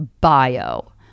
Bio